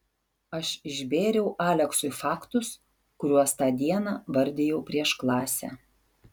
aš išbėriau aleksui faktus kuriuos tą dieną vardijau prieš klasę